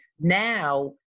now